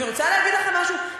ואני רוצה להגיד לכם משהו,